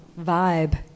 vibe